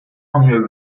anvioù